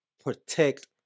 protect